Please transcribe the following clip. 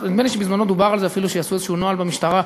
חוק שירות ביטחון.